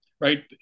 right